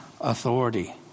authority